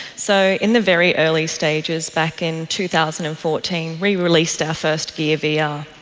so in the very early stages back in two thousand and fourteen we released our first gear vr, yeah